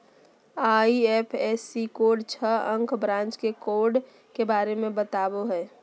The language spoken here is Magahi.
आई.एफ.एस.सी कोड छह अंक ब्रांच के कोड के बारे में बतावो हइ